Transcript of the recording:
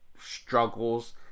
struggles